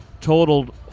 totaled